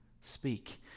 speak